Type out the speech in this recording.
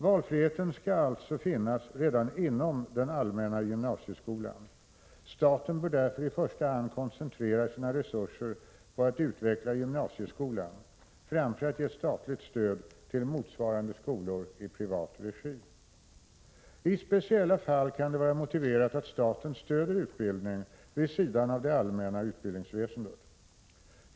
Valfriheten skall alltså finnas redan inom den allmänna gymnasieskolan. Staten bör därför i första hand koncentrera sina resurser på att utveckla gymnasieskolan framför att ge statligt stöd till motsvarande skolor i privat regi. I speciella fall kan det vara motiverat att staten stöder utbildning vid sidan av det allmänna utbildningsväsendet.